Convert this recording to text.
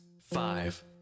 five